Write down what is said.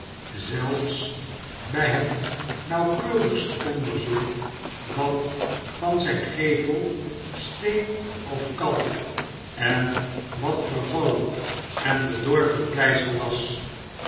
zelfs by het nauwkeurigst onderzoek wat van zyn gevel steen of kalk en wat vervallen en bedorven mm overdeukken pleister was